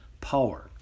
power